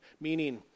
Meaning